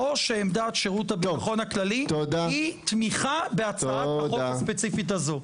או שעמדת שירות הביטחון הכללי היא תמיכה בהצעת החוק הספציפית הזאת?